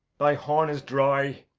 thy horn is dry.